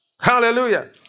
Hallelujah